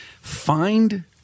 find